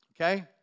Okay